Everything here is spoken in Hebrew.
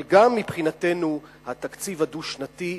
אבל גם מבחינתנו התקציב הדו-שנתי,